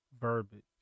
verbiage